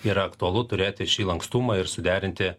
yra aktualu turėti šį lankstumą ir suderinti